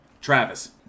Travis